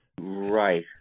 Right